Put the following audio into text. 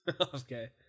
Okay